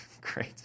Great